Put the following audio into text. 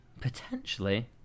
potentially